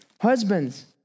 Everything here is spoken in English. Husbands